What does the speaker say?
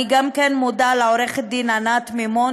אני מודה גם לעורכת-דין ענת מימון,